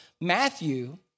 Matthew